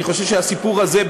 אני חושב שהסיפור הזה,